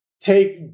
take